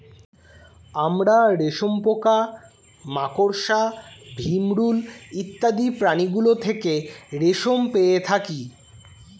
আমরা রেশম পোকা, মাকড়সা, ভিমরূল ইত্যাদি প্রাণীগুলো থেকে রেশম পেয়ে থাকি